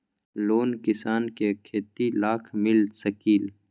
Loan किसान के खेती लाख मिल सकील?